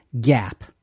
gap